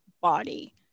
body